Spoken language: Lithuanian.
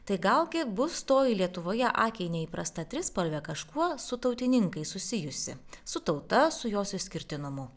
tai gal kiek bus toji lietuvoje akiai neįprasta trispalvė kažkuo su tautininkais susijusi su tauta su jos išskirtinumu